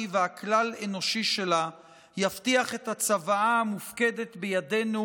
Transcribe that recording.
והכלל אנושי שלה יבטיח את הצוואה המופקדת בידינו: